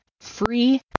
free